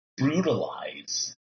brutalize